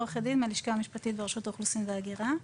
עורכת דין מהלשכה המשפטית ברשות האוכלוסין וההגירה.